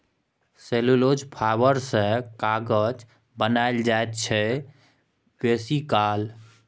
cellulose fibre सँ कागत बनाएल जाइ छै बेसीकाल